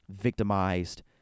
victimized